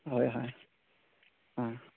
হয় হয় অ